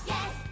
Yes